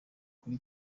kuri